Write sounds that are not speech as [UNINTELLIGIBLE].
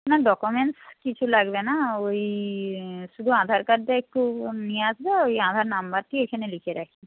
না ডকুমেন্টস কিছু লাগবে না ওই [UNINTELLIGIBLE] শুধু আধার কার্ডটা একটু নিয়ে আসবে ওই আধার নাম্বারটি এখানে লিখে রাখি